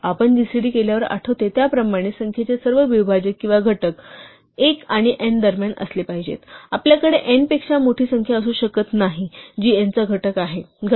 आपण gcd केल्यावर आठवते त्याप्रमाणे संख्येचे सर्व विभाजक किंवा घटक 1 आणि n दरम्यान असले पाहिजेत आपल्याकडे n पेक्षा मोठी संख्या असू शकत नाही जी n चा घटक आहे